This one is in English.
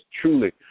truly